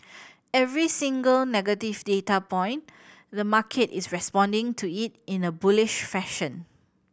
every single negative data point the market is responding to it in a bullish fashion